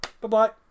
Bye-bye